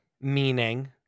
meaning